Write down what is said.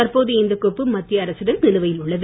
தற்போது இந்த கோப்பு மத்திய அரசிடம் நிலுவையில் உள்ளது